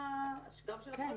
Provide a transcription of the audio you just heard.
גם של הפרקליטות?